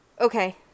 Okay